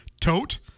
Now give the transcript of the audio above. tote